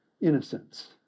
innocence